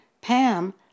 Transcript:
Pam